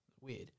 Weird